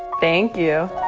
thank you!